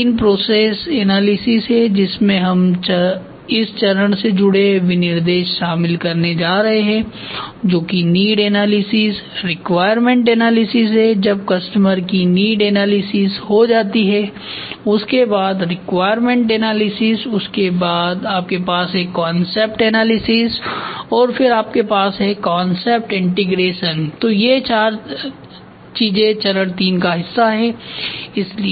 चरण III process analysis है जिसमें हम इस चरण से जुड़े विनिर्देश शामिल करने जा रहे हैं जो कि नीड एनालिसिस रिक्वायरमेंट एनालिसिस है जब कस्टमर की नीड एनालिसिस हो जाती है उसके बाद रिक्वायरमेंट एनालिसिसउसके बाद आपके पास है कांसेप्ट एनालिसिस और फिर आपके पास है कांसेप्ट इंटीग्रेशन तो ये चार चीजें चरण III का हिस्सा हैं